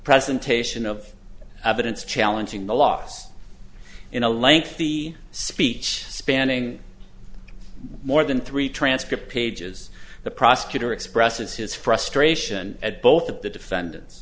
presentation of evidence challenging the loss in a lengthy speech spanning more than three transcript pages the prosecutor expresses his frustration at both of the defendant